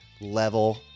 level